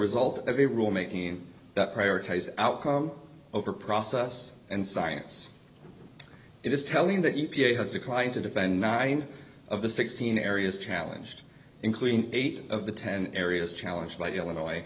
result of a rule making that prioritize outcome over process and science it is telling the e p a has declined to defend nine of the sixteen areas challenged including eight of the ten areas challenged by illinois